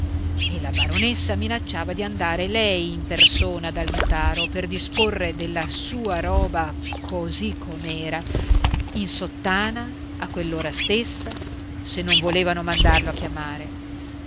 e la baronessa minacciava di andare lei in persona dal notaro per disporre della sua roba così com'era in sottana a quell'ora stessa se non volevano mandarlo a chiamare